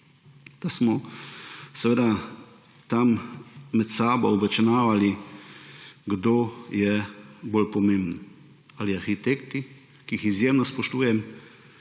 da smo seveda tam med sabo obračunavali, kdo je bolj pomemben, ali arhitekti, ki jih izjemno spoštujem,